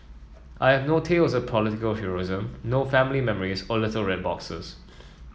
I have no tales of political heroism no family memories or little red boxes